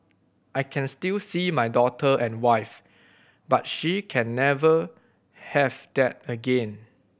I can still see my daughter and wife but she can never have that again